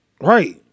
Right